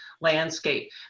landscape